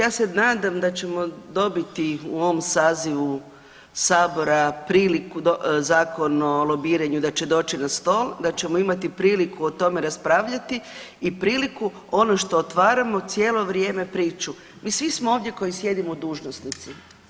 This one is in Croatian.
Ja se nadam da ćemo dobiti u ovom sazivu Sabora priliku zakon o lobiranju da će doći na stol, da ćemo imati priliku o tome raspravljati i priliku ono što otvaramo cijelo vrijeme priču, mi svi smo ovdje koji sjedimo dužnosnici.